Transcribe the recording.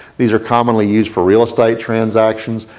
these are commonly used for real estate transactions.